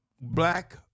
black